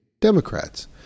Democrats